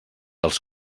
els